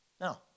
No